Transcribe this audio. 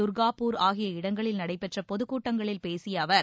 துர்காபூர் ஆகிய இடங்களில் நடைபெற்ற பொதுக் கூட்டங்களில் பேசிய அவர்